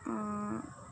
অঁ